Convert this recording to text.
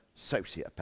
sociopath